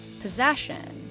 possession